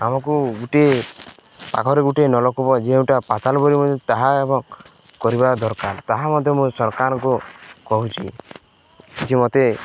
ଆମକୁ ଗୋଟିଏ ପାଖରେ ଗୋଟିଏ ନଳକୂପ ଯେଉଁଟା ପାତାଳ ବୋଲି ତାହା ଏବଂ କରିବା ଦରକାର ତାହା ମଧ୍ୟ ମୁଁ ସରକାରଙ୍କୁ କହୁଛି ଯେ ମୋତେ